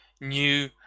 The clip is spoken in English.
new